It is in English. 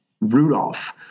rudolph